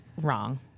wrong